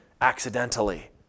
accidentally